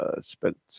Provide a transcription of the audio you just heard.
spent